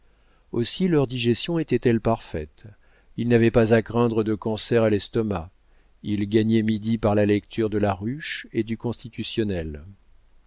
aussi leur digestion était-elle parfaite ils n'avaient pas à craindre de cancer à l'estomac ils gagnaient midi par la lecture de la ruche et du constitutionnel